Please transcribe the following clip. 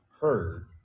heard